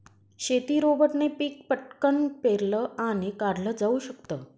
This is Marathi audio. शेती रोबोटने पिक पटकन पेरलं आणि काढल जाऊ शकत